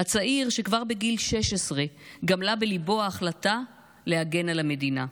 הצעיר שכבר בגיל 16 גמלה בליבו ההחלטה להגן על המדינה.